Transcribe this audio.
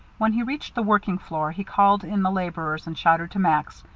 when he reached the working floor, he called in the laborers and shouted to max.